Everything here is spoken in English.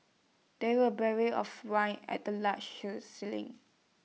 there were barrels of wine at the large show ceiling